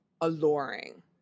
alluring